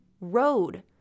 road